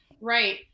right